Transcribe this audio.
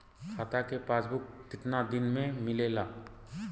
खाता के पासबुक कितना दिन में मिलेला?